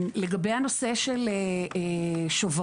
לגבי הנושא של השוברים,